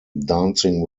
dancing